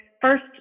first